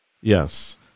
Yes